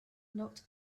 not